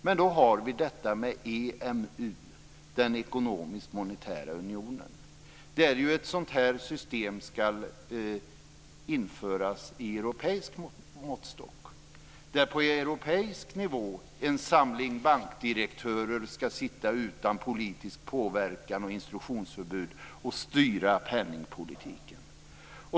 Men då har vi detta med EMU, den ekonomiska monetära unionen, där ju ett sådant här system skall införas med europeisk måttstock. Det är på europeisk nivå som en samling bankdirektörer skall sitta utan politisk påverkan och instruktionsförbud och styra penningpolitiken.